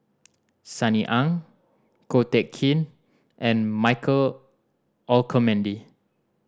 Sunny Ang Ko Teck Kin and Michael Olcomendy